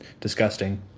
disgusting